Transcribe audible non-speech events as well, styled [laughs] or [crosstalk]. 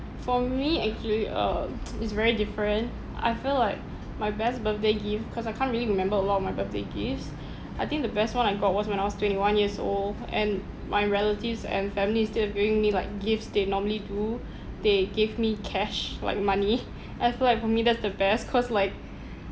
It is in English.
for me actually uh [noise] it's very different I feel like my best birthday gift cause I can't really remember a lot of my birthday gifts I think the best one I got was when I was twenty one years old and my relatives and families instead of bringing me like gifts they normally do they give me cash like money [laughs] and for like for me that's the best cause like